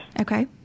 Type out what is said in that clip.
Okay